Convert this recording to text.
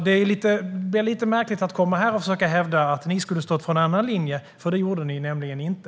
Det är lite märkligt att här försöka att hävda att ni skulle ha stått för en annan linje, för det gjorde ni inte.